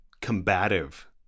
combative